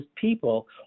people